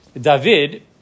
David